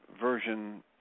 version